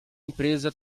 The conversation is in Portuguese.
empresa